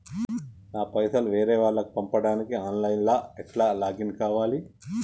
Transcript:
నా పైసల్ వేరే వాళ్లకి పంపడానికి ఆన్ లైన్ లా ఎట్ల లాగిన్ కావాలి?